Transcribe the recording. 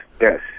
yes